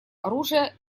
оружия